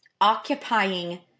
occupying